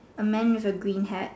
a man with a green hat